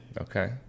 Okay